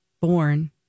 born